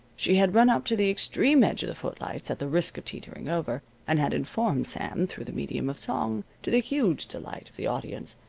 she had run up to the extreme edge of the footlights at the risk of teetering over, and had informed sam through the medium of song to the huge delight of the audience,